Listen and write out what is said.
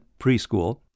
preschool